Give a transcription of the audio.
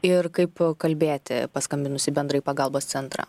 ir kaip kalbėti paskambinus į bendrąjį pagalbos centrą